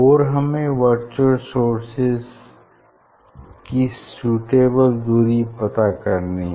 और हमें virtual sources की सूटेबल दूरी पता करनी है